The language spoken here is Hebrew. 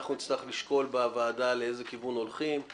אנחנו נצטרך לשקול בוועדה לאיזה כיוון הולכים.